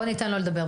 בואו ניתן לו לדבר.